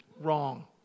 Wrong